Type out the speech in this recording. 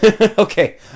Okay